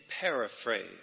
paraphrase